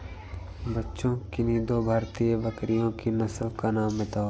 बच्चों किन्ही दो भारतीय बकरियों की नस्ल का नाम बताओ?